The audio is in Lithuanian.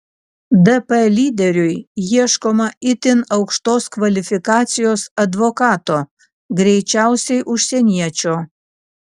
dp lyderiui ieškoma itin aukštos kvalifikacijos advokato greičiausiai užsieniečio